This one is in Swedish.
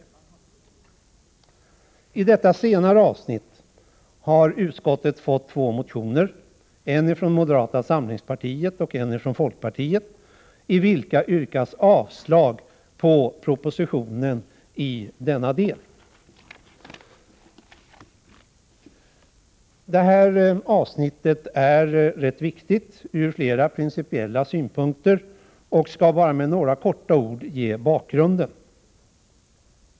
I fråga om det här senare avsnittet har utskottet haft att behandla två motioner — en från moderata samlingspartiet och en från folkpartiet —, i vilka man yrkar avslag på propositionen i denna del. Det här avsnittet är rätt viktigt ur flera principiella synpunkter. Jag skall bara helt kort säga något om bakgrunden i detta sammanhang.